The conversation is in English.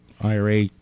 IRA